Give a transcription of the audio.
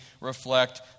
reflect